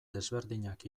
desberdinak